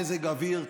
מזג אוויר,